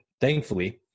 Thankfully